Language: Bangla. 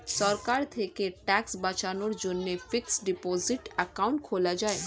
সরকার থেকে ট্যাক্স বাঁচানোর জন্যে ফিক্সড ডিপোসিট অ্যাকাউন্ট খোলা যায়